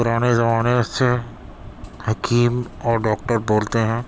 پرانے زمانے سے حکیم اور ڈاکٹر بولتے ہیں